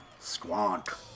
Squonk